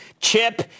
Chip